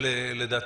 שלדעתי,